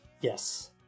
Yes